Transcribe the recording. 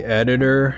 editor